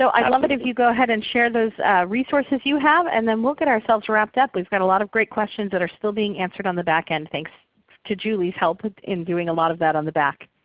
so i'd love it if you'd go ahead and share those resources you have, and then we'll get ourselves wrapped up. we've got a lot of great questions that are still being answered on the back end. thanks to julie's help in doing a lot of that on the back.